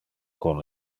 con